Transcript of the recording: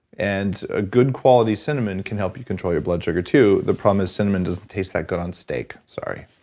and a good, quality cinnamon can help you control your blood sugar, too. the problem is cinnamon doesn't taste that good on steak, sorry.